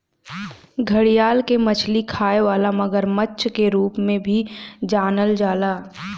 घड़ियाल के मछली खाए वाला मगरमच्छ के रूप में भी जानल जाला